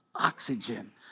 oxygen